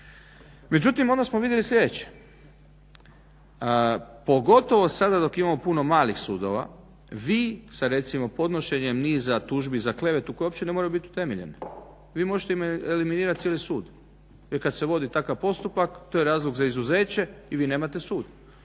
Međutim onda smo vidjeli sljedeće, pogotovo sada dok imamo puno malih sudova vi sa recimo podnošenjem niza tužbi za klevetu koje uopće ne moraju biti utemeljene, vi možete eliminirat cijeli sud jer kad se vodi takav postupak to je razlog za izuzeće i vi nemate sud.